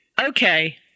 okay